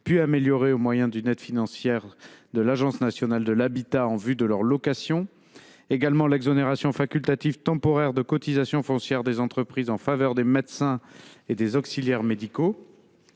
puis améliorés, au moyen d’une aide financière de l’Agence nationale de l’habitat (Anah) en vue de leur location ; exonération facultative temporaire de cotisation foncière des entreprises (CFE) en faveur des médecins et des auxiliaires médicaux.